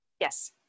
Yes